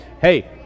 hey